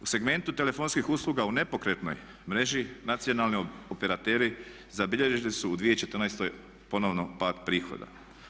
U segmentu telefonskih usluga u nepokretnoj mreži nacionalni operateri zabilježili su u 2014. ponovno pad prihoda.